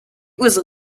was